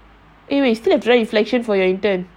eh wait you still have to write reflection for your intern